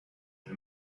and